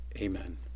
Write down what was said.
amen